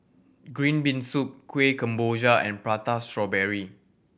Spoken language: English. green bean soup Kueh Kemboja and Prata Strawberry